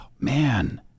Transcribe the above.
Man